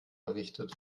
errichtet